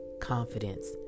confidence